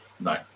No